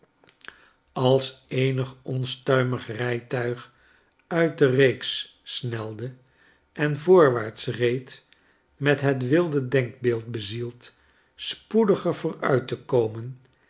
als eenig onstuimig rijtuig uit de reeks snelde en voorwaarts reed met het wilde denkbeeld bezield spoediger vooruit te komen